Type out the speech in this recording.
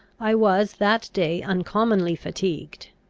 i was that day uncommonly fatigued.